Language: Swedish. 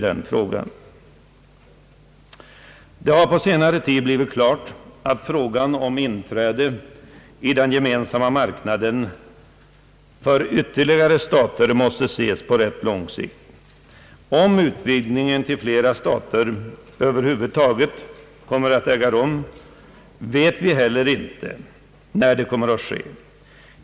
Det har på senare tid blivit klart att frågan om inträde i den gemensamma marknaden för ytterligare stater måste ses på rätt lång sikt. Om utvidgningen till flera stater över huvud taget kommer att äga rum, vet vi inte heller när det kommer att ske.